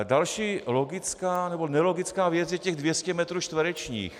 Další logická nebo nelogická věc je těch 200 metrů čtverečních.